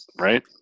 right